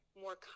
more